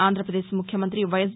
ఆంధ్రప్రదేశ్ ముఖ్యమంతి వైఎస్